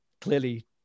clearly